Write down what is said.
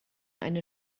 eine